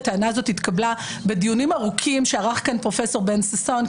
הטענה הזאת התקבלה בדיונים הארוכים שערך כאן פרופ' בן ששון,